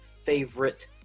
favorite